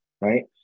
right